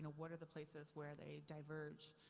ah what are the places where they diverge?